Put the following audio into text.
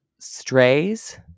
Strays